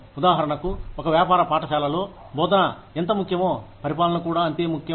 ఉదాహరణకు ఒక వ్యాపార పాఠశాలలో బోధన ఎంత ముఖ్యమో పరిపాలన కూడా అంతే ముఖ్యం